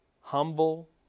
Humble